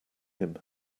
him